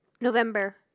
November